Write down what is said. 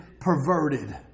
perverted